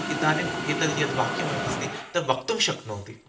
इदानीम् एतद् यद् वाक्यमस्ति त वक्तुं शक्नोमि